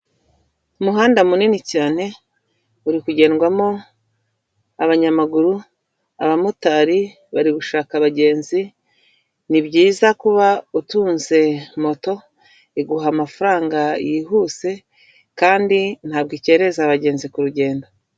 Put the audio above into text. Umuhanda munini cyane, urikugendwamo abanyamaguru, abamotari bari gushaka abagenzi, ni byiza kuba utunze moto, iguha amafaranga yihuse kandi ntabwo ikerereza abagenzi kurugendo.